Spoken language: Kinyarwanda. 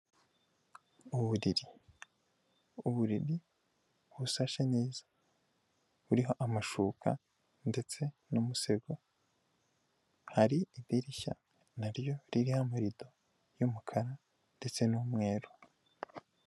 Uburiri, uburiri busashe neza, buriho amashuka ndetse n'umusego, hari idirishya naryo ririho amarido y'umukara ndetse n'umweru.